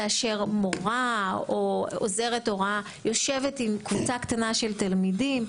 כאשר מורה או עוזרת הוראה יושבת עם קבוצה קטנה של תלמידים,